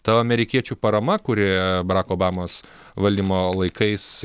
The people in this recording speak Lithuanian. ta amerikiečių parama kuri barako obamos valdymo laikais